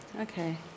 Okay